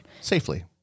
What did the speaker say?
Safely